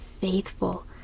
faithful